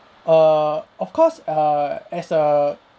err of course err as a